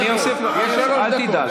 אל תדאג,